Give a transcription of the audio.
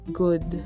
good